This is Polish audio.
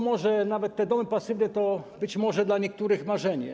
Może nawet te domy pasywne to być może dla niektórych marzenie.